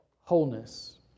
wholeness